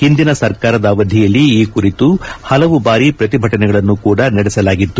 ಹಿಂದಿನ ಸರ್ಕಾರದ ಅವಧಿಯಲ್ಲಿ ಈ ಕುರಿತು ಹಲವು ಬಾರಿ ಪ್ರತಿಭಟನೆಗಳನ್ನು ಕೂಡ ನಡೆಸಲಾಗಿತ್ತು